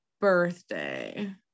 birthday